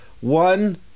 one